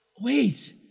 wait